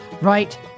right